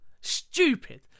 Stupid